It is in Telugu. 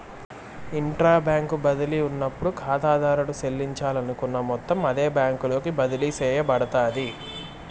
ఇంట్రా బ్యాంకు బదిలీ ఉన్నప్పుడు కాతాదారుడు సెల్లించాలనుకున్న మొత్తం అదే బ్యాంకులోకి బదిలీ సేయబడతాది